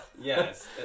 Yes